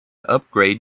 upgrade